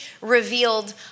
revealed